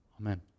Amen